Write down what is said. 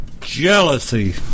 jealousy